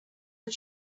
but